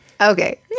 Okay